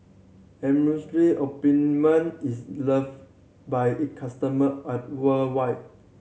ointment is love by it customer at worldwide